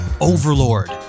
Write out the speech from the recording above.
Overlord